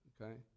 Okay